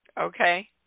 Okay